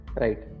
Right